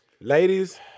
ladies